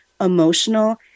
emotional